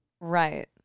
Right